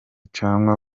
canke